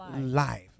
life